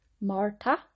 Marta